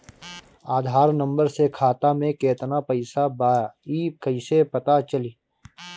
आधार number से खाता में केतना पईसा बा ई क्ईसे पता चलि?